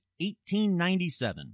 1897